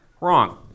Wrong